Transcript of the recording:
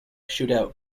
shootout